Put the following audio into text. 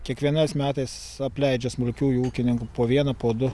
kiekvienais metais apleidžia smulkiųjų ūkininkų po vieną po du